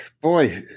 boy